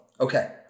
Okay